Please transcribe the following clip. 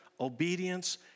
obedience